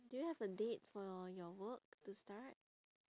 do you have a date for your work to start